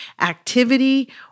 activity